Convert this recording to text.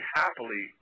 happily